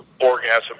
orgasm